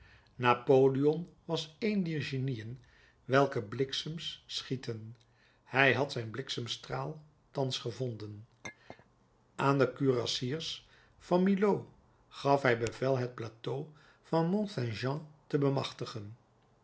napoleon was een dier genieën welke bliksems schieten hij had zijn bliksemstraal thans gevonden aan de kurassiers van milhaud gaf hij bevel het plateau van mont saint jean te bemachtigen